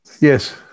Yes